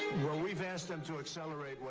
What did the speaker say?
well, we've asked them to accelerate.